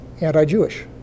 Anti-Jewish